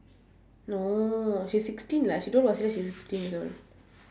no she's sixteen lah she told roslyn she's sixteen years old